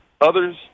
others